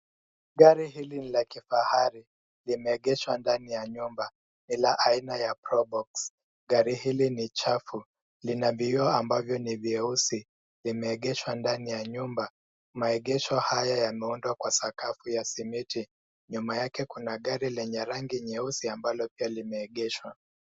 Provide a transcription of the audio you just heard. Gari hili ni la kifahari, limeegeshwa ndani ya nyumba ya aina ya(cs) probox( cs). Gari hili ni chafu lina vioo ambavyo ni vyuesi vimeegeshwa ndani ya nyumba. Maegesho haya yameundwa kwa sakafu ya simiti. Nyuma yake kuna gari lenye rangi nyeusi ambalo pia limeegeshwa.